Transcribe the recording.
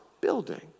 building